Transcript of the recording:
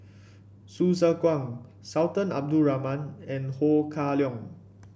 Hsu Tse Kwang Sultan Abdul Rahman and Ho Kah Leong